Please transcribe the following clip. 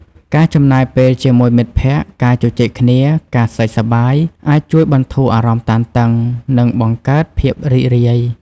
ការចំណាយពេលជាមួយមិត្តភក្តិ ការជជែកគ្នា ការសើចសប្បាយ អាចជួយបន្ធូរអារម្មណ៍តានតឹង និងបង្កើតភាពរីករាយ។